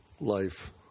life